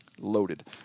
loaded